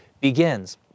begins